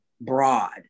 broad